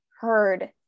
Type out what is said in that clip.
Heard